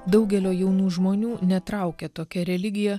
daugelio jaunų žmonių netraukia tokia religija